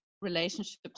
relationships